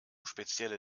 spezielle